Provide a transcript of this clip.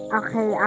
okay